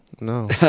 No